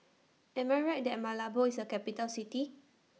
Am I Right that Malabo IS A Capital City